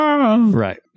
Right